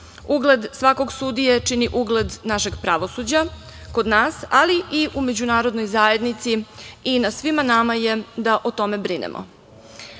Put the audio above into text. Ugled svakog sudije čini ugled našeg pravosuđa kod nas, ali i u međunarodnoj zajednici i na svima nama je da o tome brinemo. Već